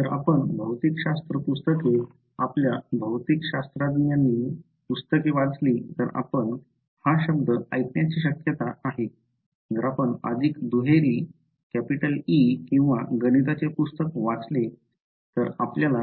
तर जर आपण भौतिकशास्त्र पुस्तके आपल्या भौतिकशास्त्रांची पुस्तके वाचली तर आपण हा शब्द ऐकण्याची शक्यता आहे जर आपण अधिक दुहेरी E किंवा गणिताचे पुस्तक वाचले तर आपल्याला